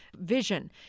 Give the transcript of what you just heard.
vision